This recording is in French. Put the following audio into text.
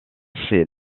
chez